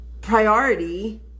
priority